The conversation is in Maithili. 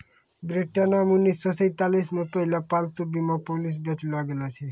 ब्रिटेनो मे उन्नीस सौ सैंतालिस मे पहिला पालतू बीमा पॉलिसी बेचलो गैलो छलै